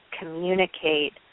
communicate